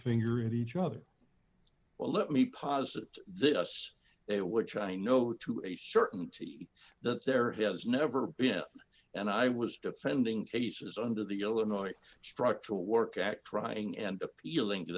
finger at each other well let me posit that us they were trying no to a certainty that there has never been and i was defending cases under the illinois structural work act trying and appealing to